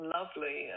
Lovely